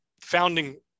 founding